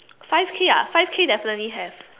five K ah five K definitely have